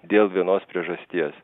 dėl vienos priežasties